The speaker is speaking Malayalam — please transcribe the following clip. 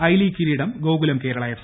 ഐലീഗ് കിരീടം ഗോകുലം കേരളാ എഫ്